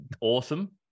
Awesome